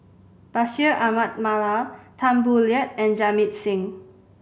Bashir Ahmad Mallal Tan Boo Liat and Jamit Singh